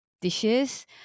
dishes